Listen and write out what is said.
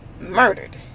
murdered